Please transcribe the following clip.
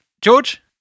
George